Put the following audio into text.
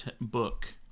book